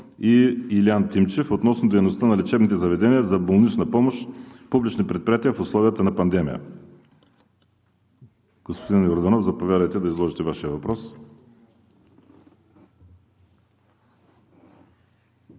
и Илиян Тимчев относно дейността на лечебните заведения за болнична помощ – публични предприятия, в условията на пандемия. Господин Йорданов, заповядайте да изложите Вашия въпрос.